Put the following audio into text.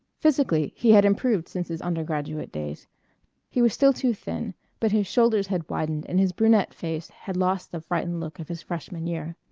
physically, he had improved since his undergraduate days he was still too thin but his shoulders had widened and his brunette face had lost the frightened look of his freshman year.